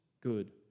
good